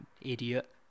idiot